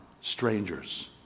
strangers